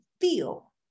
feel